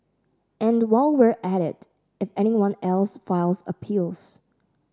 and while we're at it if anyone else files appeals